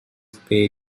pay